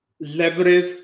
leverage